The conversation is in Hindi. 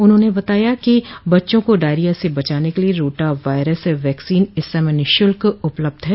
उन्होंने बताया कि बच्चों को डायरिया से बचाने के लिये रोटा वायरस वैक्सीन इस समय निःशुल्क उपलब्ध है